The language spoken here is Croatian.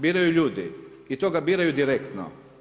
Biraju ljudi i to ga biraju direktno.